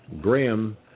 Graham